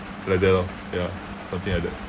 like that lor ya something like that